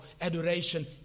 adoration